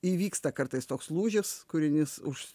įvyksta kartais toks lūžis kūrinys už